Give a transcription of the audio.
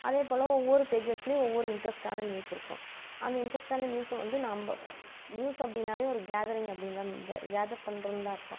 அதே போல் ஒவ்வொரு பேஜஸ்லேயும் ஒவ்வொரு இன்ட்ரெஸ்டான நியூஸ் இருக்கும் அந்த இன்ட்ரெஸ்டான நியூஸ் வந்து நாம் நியூஸ் அப்படின்னாவே ஒரு கேதரிங் அப்படின்னு தான் கே கேதர் பண்ணுறதுனு தான் அர்த்தம்